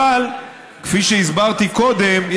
כפי שהסברתי קודם,